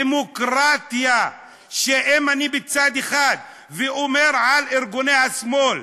דמוקרטיה שאם אני בצד אחד ואומר על ארגוני השמאל: